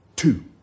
Two